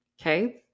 Okay